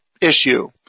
issue